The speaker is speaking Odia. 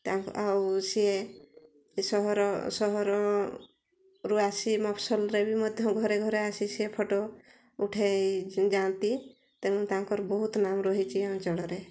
ଆଉ ସିଏ ସହର ସହରରୁ ଆସି ମଫସଲରେ ବି ମଧ୍ୟ ଘରେ ଘରେ ଆସି ସିଏ ଫଟୋ ଉଠାଇ ଯାଆନ୍ତି ତେଣୁ ତାଙ୍କର ବହୁତ ନାମ ରହିଛି ଅଞ୍ଚଳରେ